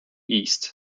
east